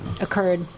occurred